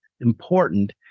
important